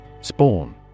Spawn